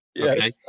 okay